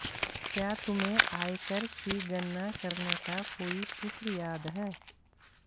क्या तुम्हें आयकर की गणना करने का कोई सूत्र याद है?